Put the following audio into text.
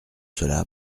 cela